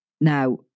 now